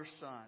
son